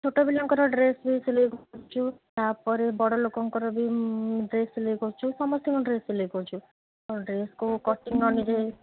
ଛୋଟ ପିଲାଙ୍କର ଡ୍ରେସ୍ ବି ସିଲେଇ କରୁଛୁ ତା'ପରେ ବଡ଼ ଲୋକଙ୍କର ବି ଡ୍ରେସ୍ ସିଲେଇ କରୁଛୁ ସମସ୍ତଙ୍କ ଡ୍ରେସ୍ ସିଲେଇ କରୁଛୁ ଡ୍ରେସ୍କୁ କଟିଂ ନିଜେ